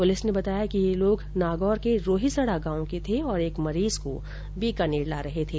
police ने बताया कि ये लोग नागौर के रोहिसडा गांव के थे और एक मरीज को बीकानेर ला रहे थे